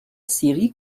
série